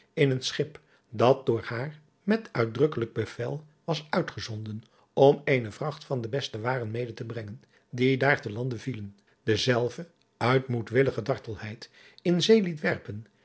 in een schip dat door haar met uitdrukkelijk bevel was uitgezonden om eene vracht van de beste waren mede te brengen die daar te lande vielen dezelve uit moedwillige dartelheid in zee liet werpen